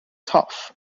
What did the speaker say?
tough